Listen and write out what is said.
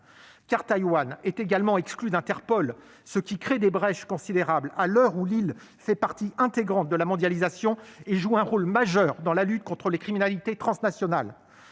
l'île est également exclue d'Interpol, ce qui crée des brèches considérables à l'heure où elle fait partie intégrante de la mondialisation et joue un rôle majeur dans la lutte contre les criminalités transnationales.